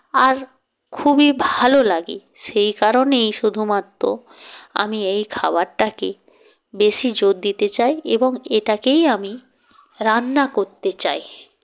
আর খুবই ভালো লাগে সেই কারণেই শুধুমাত্র আমি এই খাবারটাকে বেশি জোর দিতে চাই এবং এটাকেই আমি রান্না করতে চাই